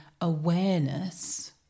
awareness